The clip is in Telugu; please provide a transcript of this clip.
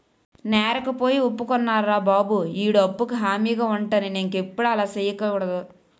నేరకపోయి ఒప్పుకున్నారా బాబు ఈడి అప్పుకు హామీగా ఉంటానని ఇంకెప్పుడు అలా సెయ్యకూడదు